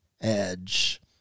Edge